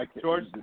George